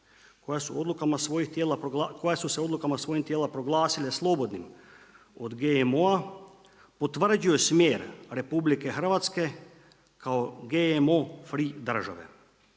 koja su se odlukama svojih tijela proglasile slobodnim od GMO-a, potvrđuje smjer RH kao GMO free države.